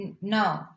no